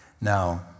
Now